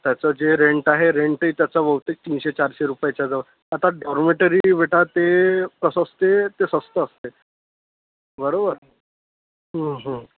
त्याचं जे रेंट आहे रेंटही त्याचं बहुतेक तीनशे चारशे रुपयाच्या जवळ आता डॉरमेटरी भेटा ते कसं असते ते स्वस्त असते बरोबर